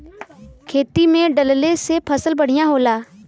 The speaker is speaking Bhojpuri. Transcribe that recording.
खेती में डलले से फसल बढ़िया होला